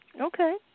Okay